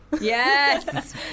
yes